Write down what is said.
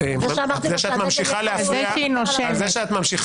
אני אומר גם לך וגם למשה,